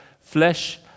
flesh